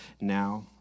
now